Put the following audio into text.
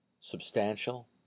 substantial